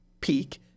peak